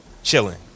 Chilling